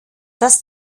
das